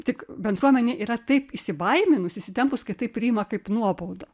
tik bendruomenė yra taip įsibaiminus įsitempus kad tai priima kaip nuobaudą